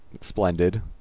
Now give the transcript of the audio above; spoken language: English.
splendid